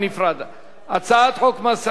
הצעת חוק מס ערך מוסף (תיקון,